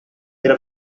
era